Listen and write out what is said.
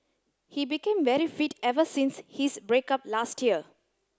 he became very fit ever since his break up last year